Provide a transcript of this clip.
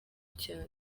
cyane